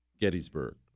Gettysburg